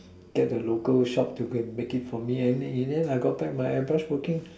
get the local shop to go and make it for me and in the end I got my air brush working